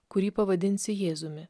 kurį pavadinsi jėzumi